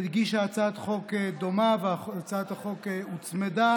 הגישה הצעת חוק דומה והצעת החוק הוצמדה.